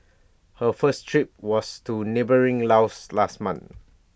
her first trip was to neighbouring Laos last month